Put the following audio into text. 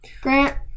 Grant